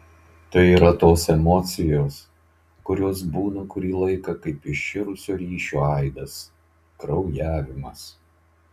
tai yra tos emocijos kurios būna kurį laiką kaip iširusio ryšio aidas kraujavimas